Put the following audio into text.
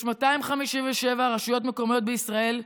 יש 257 רשויות מקומיות בישראל,